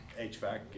HVAC